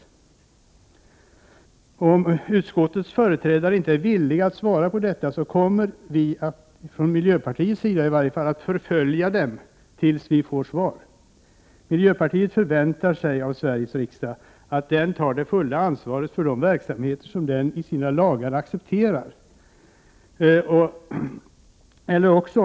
Om utskottets företrädare inte är villig att svara på detta kommer vi — åtminstone från miljöpartiets sida — att förfölja honom till dess vi får ett svar. Miljöpartiet förväntar sig av Sveriges riksdag att den tar det fulla ansvaret för de verksamheter som den, genom de lagar den har stiftat, accepterar.